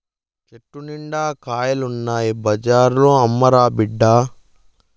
చెట్టు నిండా కాయలు ఉన్నాయి బజార్లో అమ్మురా బిడ్డా